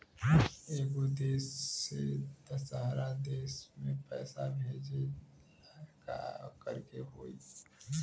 एगो देश से दशहरा देश मे पैसा भेजे ला का करेके होई?